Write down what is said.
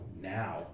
now